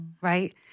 right